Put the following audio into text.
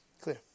Clear